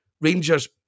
Rangers